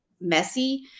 messy